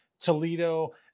Toledo